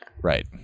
Right